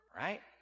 right